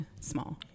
small